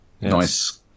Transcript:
Nice